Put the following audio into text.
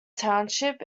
township